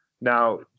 Now